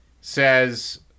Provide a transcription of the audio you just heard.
says